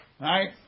right